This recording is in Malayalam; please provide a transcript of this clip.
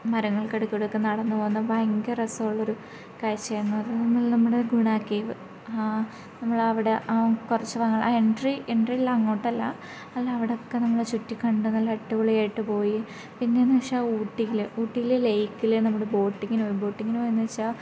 മരങ്ങൾക്കിടയിൽക്കൂടിയൊക്കെ നടന്നു വന്ന് ഭയങ്കര രസമുള്ളൊരു കാഴ്ചയായിരുന്നു അത് നമ്മൾ നമ്മുടെ ഗുണാ കേവ് ആ നമ്മളവിടെ ആ കുറച്ചു ഭാഗങ്ങൾ ആ എൻട്രി എൻട്രിയിലെ അങ്ങോട്ടല്ല അതിനവിടെയൊക്കെ നമ്മൾ ചുറ്റിക്കണ്ട് നല്ല അടിപൊളിയായിട്ടു പോയി പിന്നെയെന്നു വെച്ചാൽ ഊട്ടിയിൽ ഊട്ടിയിലെ ലെയ്ക്കിൽ നമ്മൾ ബോട്ടിങ്ങിനു പോയി ബോട്ടിങ്ങിനു പോയെന്നു വെച്ചാൽ